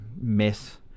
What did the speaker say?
mess